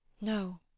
no